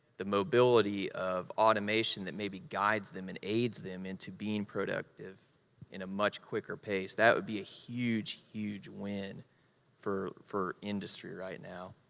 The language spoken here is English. the mobility of automation that maybe guides them and aids them into being productive in a much quicker pace, that would be a huge, huge win for for industry right now.